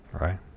Right